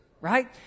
right